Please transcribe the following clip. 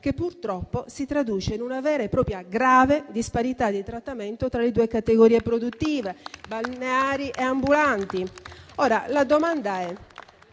che purtroppo si traduce in una vera e propria grave disparità di trattamento tra le due categorie produttive, balneari e ambulanti.